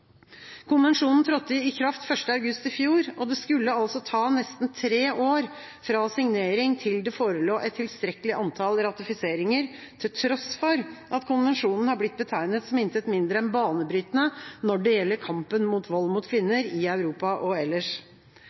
Konvensjonen trådte i kraft 1. august i fjor. Det skulle altså ta nesten tre år fra signering til det forelå et tilstrekkelig antall ratifiseringer, til tross for at konvensjonen har blitt betegnet som intet mindre enn banebrytende når det gjelder kampen mot vold mot kvinner, i Europa og ellers.